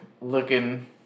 looking